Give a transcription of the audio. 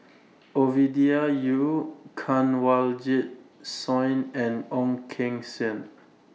Ovidia Yu Kanwaljit Soin and Ong Keng Sen